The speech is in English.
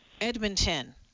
Edmonton